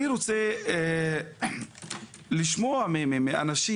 אני רוצה לשמוע מאנשים,